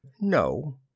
No